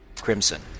crimson